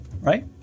right